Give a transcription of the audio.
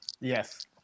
Yes